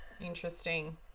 Interesting